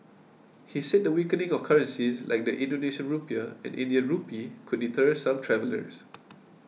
he said the weakening of currencies like the Indonesian Rupiah and Indian Rupee could deter some travellers